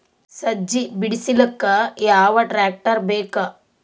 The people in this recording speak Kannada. ಸಜ್ಜಿ ಬಿಡಿಸಿಲಕ ಯಾವ ಟ್ರಾಕ್ಟರ್ ಬೇಕ?